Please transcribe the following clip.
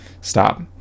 stop